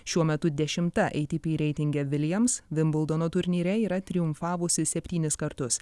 šiuo metu dešimta atp reitinge viljams vimbldono turnyre yra triumfavusi septynis kartus